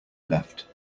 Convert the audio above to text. left